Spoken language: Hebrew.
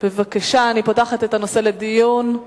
בבקשה, אני פותחת את הנושא לדיון.